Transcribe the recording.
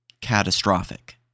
catastrophic